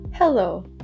hello